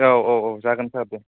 औ औ औ जागोन सार दे